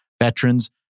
veterans